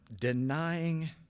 denying